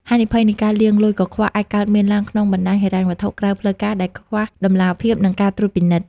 ហានិភ័យនៃការលាងលុយកខ្វក់ អាចកើតមានឡើងក្នុងបណ្ដាញហិរញ្ញវត្ថុក្រៅផ្លូវការដែលខ្វះតម្លាភាព និងការត្រួតពិនិត្យ។